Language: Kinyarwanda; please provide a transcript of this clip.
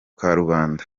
karubanda